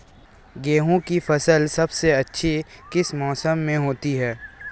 गेंहू की फसल सबसे अच्छी किस मौसम में होती है?